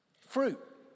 fruit